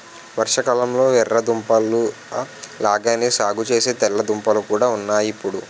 వర్షాకాలంలొ ఎర్ర దుంపల లాగానే సాగుసేసే తెల్ల దుంపలు కూడా ఉన్నాయ్ ఇప్పుడు